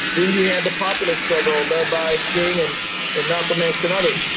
then you had the popular struggle led by king and and malcolm x and others.